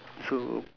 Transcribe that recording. so